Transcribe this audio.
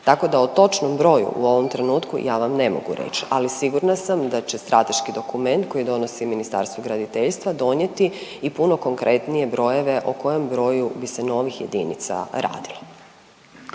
Tako da o točnom broju u ovom trenutku, ja vam ne mogu reći, ali sigurna sam da će strateški dokument koji donosi Ministarstvo graditeljstva donijeti i puno konkretnije brojeve o kojem broju bi se novih jedinica radilo.